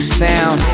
sound